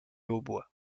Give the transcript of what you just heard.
hautbois